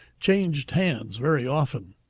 changed hands very often.